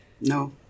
No